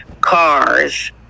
cars